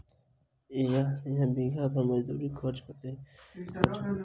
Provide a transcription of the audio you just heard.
आ इहा एक बीघा मे मजदूरी खर्च कतेक पएर जेतय?